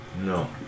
No